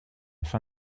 fin